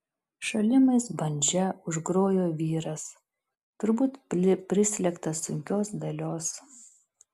šalimais bandža užgrojo vyras turbūt prislėgtas sunkios dalios